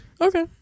Okay